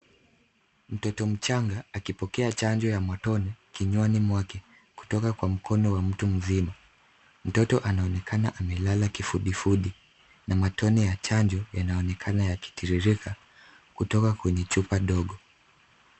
Mtoto mchanga akipokea chanjo ya matone kinywani mwake kutoka kwa mkono wa mtu mzima. Mtoto anaonekana amelala kifudifudi na matone ya chanjo yanaonekana yakitiririka kutoka kwenye chupa dogo.